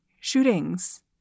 shootings